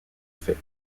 fait